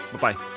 Bye-bye